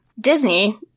disney